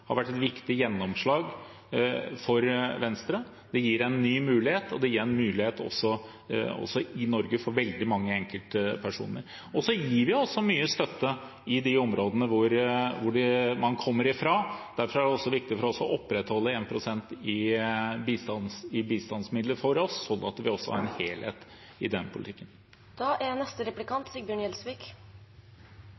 har vært et viktig gjennomslag for Venstre. Det gir en ny mulighet, og det gir mulighet i Norge for veldig mange enkeltpersoner, men vi gir også mye støtte i de områdene hvor de kommer fra. Derfor er det også viktig for oss å opprettholde 1 pst. i bistandsmidler, slik at vi har en helhet i den